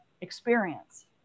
experience